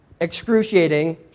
excruciating